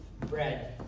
bread